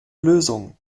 lösung